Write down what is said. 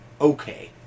okay